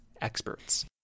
experts